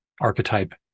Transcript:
archetype